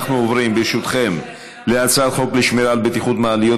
אנחנו עוברים ברשותכם להצעת חוק לשמירה על בטיחות מעליות,